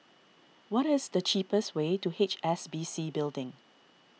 what is the cheapest way to H S B C Building